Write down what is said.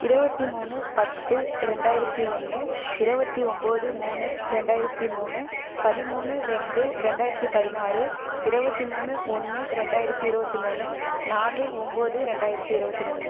இருபத்தி மூணு பத்து ரெண்டாயிரத்தி ஒன்று இருபத்தி ஒம்பது மூணு ரெண்டாயிரத்தி மூணு பதிமூணு ரெண்டு ரெண்டாயிரத்தி பதினாறு இருபத்தி மூணு ஒன்னு ரெண்டாயிரத்தி இருபத்தி மூணு நாலு ஒம்பது ரெண்டாயிரத்தி இருபத்தி மூணு